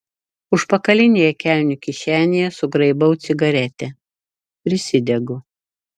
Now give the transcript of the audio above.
užpakalinėje kelnių kišenėje sugraibau cigaretę prisidegu